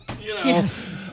Yes